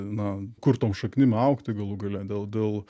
na kur tom šaknim augti galų gale dėl dėl